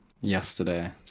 yesterday